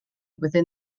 within